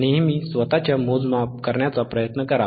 नेहमी स्वतःच मोजमाप करण्याचा प्रयत्न करा